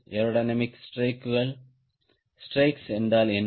aerodynamics strakes என்றால் என்ன